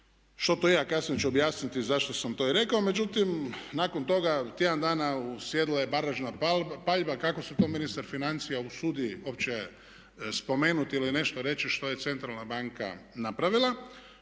što to je, a kasnije ću objasniti zašto sam to rekao. Međutim, nakon toga tjedan dana uslijedila je baražna paljba kako se to ministar financija usudi uopće spomenuti ili nešto reći što je centralna banka napravila.